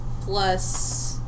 plus